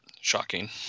Shocking